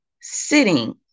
sitting